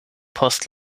post